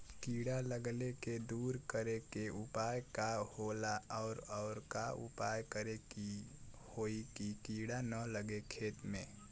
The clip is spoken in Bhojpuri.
कीड़ा लगले के दूर करे के उपाय का होला और और का उपाय करें कि होयी की कीड़ा न लगे खेत मे?